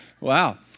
Wow